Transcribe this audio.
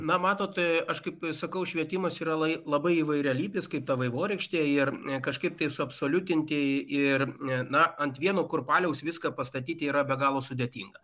na matote aš kaip sakau švietimas yra labai labai įvairialypis kaip ta vaivorykštė ir kažkaip tai suabsoliutinti ir na ant vieno kurpalio viską pastatyti yra be galo sudėtinga